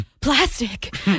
plastic